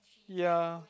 ya